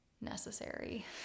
necessary